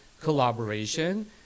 collaboration